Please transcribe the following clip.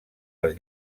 les